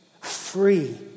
free